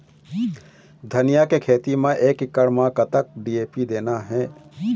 धनिया के खेती म एक एकड़ म कतक डी.ए.पी देना ये?